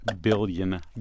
billion